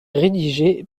rédigée